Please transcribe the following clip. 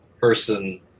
person